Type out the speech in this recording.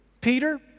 Peter